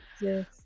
Yes